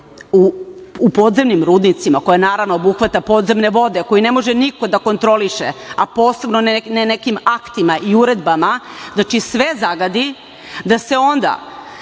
u podzemnim rudnicima koje naravno obuhvata podzemne vode, koji ne može niko da kontroliše, a posebno ne nekim aktima i uredbama, znači, sve zagadi, da se onda